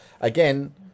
again